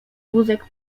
wózek